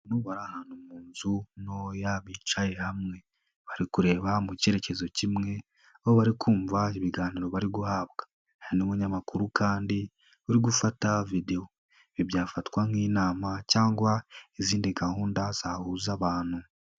Mu nzu ntoya bicaye hamwe bari kureba mu cyerekezo kimwe aho bari kumva ibiganiro bari guhabwa n'umunyamakuru kandi uri gufata videwo ntibyafatwa nk'inama cyangwa izindi gahunda zahuza abantu.